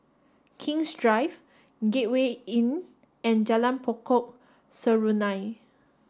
King's Drive Gateway Inn and Jalan Pokok Serunai